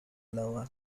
lower